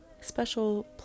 special